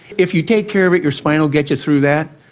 if you take care of it your spine will get you through that,